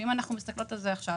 אם אנחנו מסתכלים על זה עכשיו,